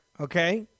okay